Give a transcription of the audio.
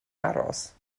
aros